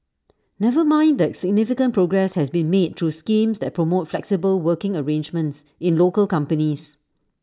never mind that significant progress has been made through schemes that promote flexible working arrangements in local companies